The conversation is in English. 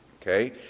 okay